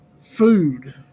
food